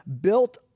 built